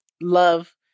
love